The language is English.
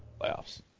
playoffs